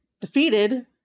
defeated